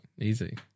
easy